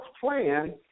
plan